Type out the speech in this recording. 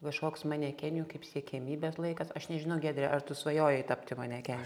kažkoks manekenių kaip siekiamybės laikas aš nežinau giedre ar tu svajojai tapti manekene aš tai